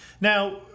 Now